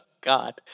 God